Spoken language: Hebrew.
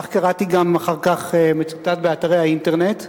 כך קראתי גם אחר כך מצוטט באתרי האינטרנט,